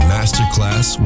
Masterclass